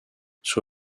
sur